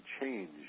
change